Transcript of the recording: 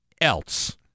else